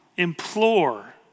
implore